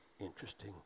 interesting